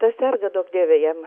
tas serga duok dieve jam